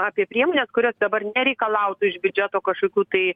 apie priemones kurios dabar nereikalautų iš biudžeto kašokių tai